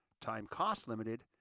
time-cost-limited